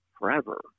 forever